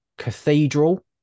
Cathedral